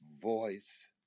voice